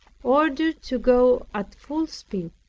ordered to go at full speed,